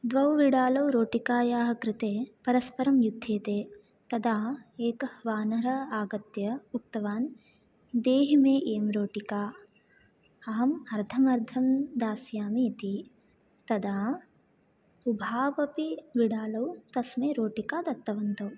द्वौ बिडालौ रोटिकायाः कृते परस्परं युध्येते तदा एकः वानरः आगत्य उक्तवान् देहि मे इयं रोटिका अहम् अर्धम् अर्धं दास्यामि इति तदा उभावपि बिडालौ तस्मै रोटिका दत्तवन्तौ